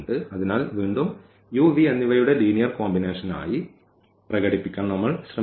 അതിനാൽ വീണ്ടും u v എന്നിവയുടെ ലീനിയർ കോമ്പിനേഷനായി പ്രകടിപ്പിക്കാൻ നമ്മൾ ശ്രമിക്കും